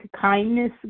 kindness